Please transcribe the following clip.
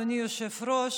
אדוני היושב-ראש,